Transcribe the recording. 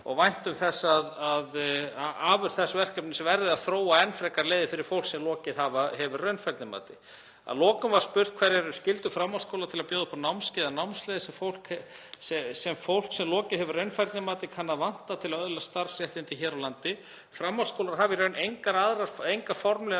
og væntum þess að afurð þess verkefnis verði að þróa enn frekari leiðir fyrir fólk sem lokið hefur raunfærnimati. Að lokum var spurt: Hverjar eru skyldur framhaldsskóla til að bjóða upp á námskeið eða námsleiðir sem fólk sem lokið hefur raunfærnimati kann að vanta til að öðlast starfsréttindi hér á landi? Framhaldsskólar hafa í raun engar formlegar